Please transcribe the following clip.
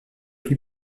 lui